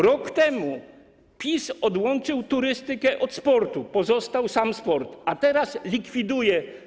Rok temu PiS odłączył turystykę od sportu, pozostał sam sport, a teraz likwiduje.